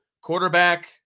quarterback